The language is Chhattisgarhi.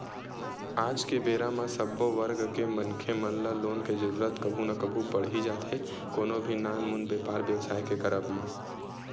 आज के बेरा म सब्बो वर्ग के मनखे मन ल लोन के जरुरत कभू ना कभू पड़ ही जाथे कोनो भी नानमुन बेपार बेवसाय के करब म